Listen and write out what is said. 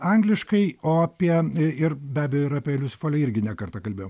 angliškai o apie ir be abejo ir apie liusi folei irgi ne kartą kalbėjom